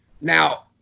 now